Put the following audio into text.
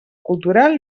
cultural